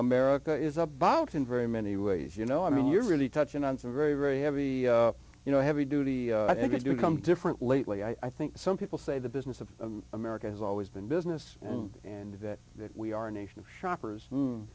america is about in very many ways you know i mean you're really touching on some very very heavy you know heavy duty i think it's become different lately i think some people say the business of america has always been business and and that that we are a nation of shoppers